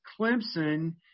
Clemson